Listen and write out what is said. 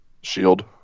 Shield